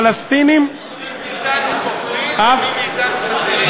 שהפלסטינים, מי מאתנו קופים ומי מאתנו חזירים?